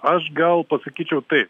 aš gal pasakyčiau taip